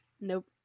Nope